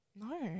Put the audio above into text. No